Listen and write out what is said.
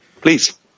please